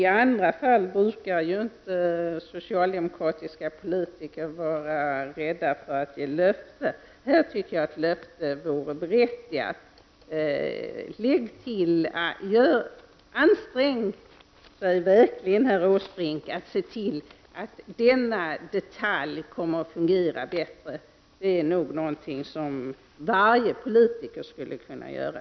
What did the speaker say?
I andra fall brukar inte socialdemokratiska politiker vara rädda för att ge löften. Här tycker jag att ett löfte vore berättigat. Ansträng sig verkligen, herr Åsbrink, att se till att denna detalj kommer att fungera bättre! Det är någonting som varje politiker skulle kunna göra.